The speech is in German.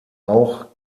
auch